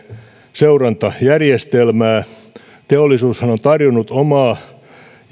seurantajärjestelmää teollisuushan on tarjonnut omaa